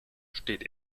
steht